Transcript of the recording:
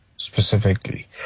specifically